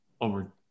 over